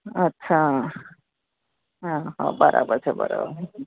અચ્છા હા હાં બરાબર છે બરાબર